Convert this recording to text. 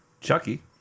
Chucky